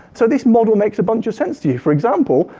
so this model makes a bunch of sense to you. for example,